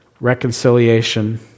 reconciliation